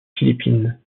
philippines